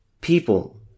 People